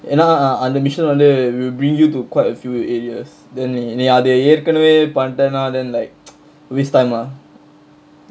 ஏனா அந்த:yaenaa antha mission வந்து:vanthu will bring you to quite a few areas then நீ நீ அத ஏற்கனவே பண்ட்டேனா:nee nee atha yaerkkanavae panttaenaa then like waste time ah